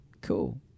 cool